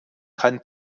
kann